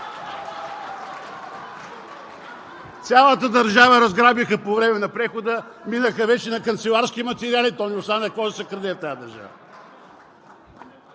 Цялата държава разграбиха по време на прехода, минаха вече на канцеларски материали, то не остана какво да се краде в тази държава.